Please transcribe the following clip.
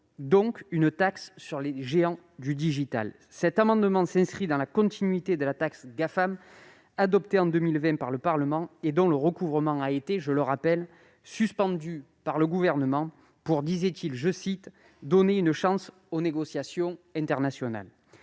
les librairies indépendantes. Cet amendement tend à s'inscrire dans la continuité de la taxe Gafam adoptée en 2020 par le Parlement et dont le recouvrement a été, je le rappelle, suspendu par le Gouvernement, pour, disait-il, « donner une chance aux négociations internationales »